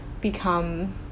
become